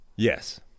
Yes